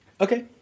okay